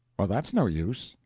well, that's no use.